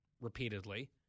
repeatedly